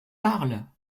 parle